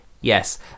yes